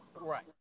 right